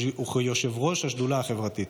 וכיושב-ראש השדולה החברתית.